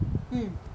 mm